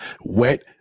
Wet